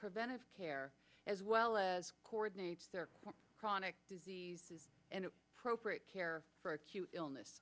preventive care as well as coordinates their chronic diseases and appropriate care for acute illness